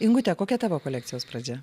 ingute kokia tavo kolekcijos pradžia